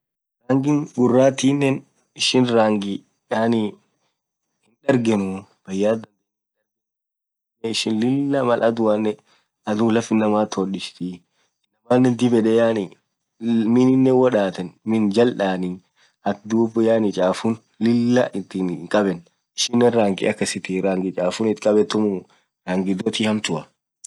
rangii adhinen ishin rangii lilah dansatiii won ishin dhagariftu yaani won yaani akhaa won usalama inamaanen dhib yed Mal yaani won cholee fedhen wol woth dhufaa woo woth gamadhenu won wolin sherekkeanu berre akasisun ishin yaani won akasisun sidhagarifthi dhuathan rangi tunen rangi dansaa hamtua inamanen dhiib fedhaa